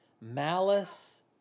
malice